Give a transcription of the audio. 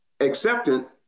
acceptance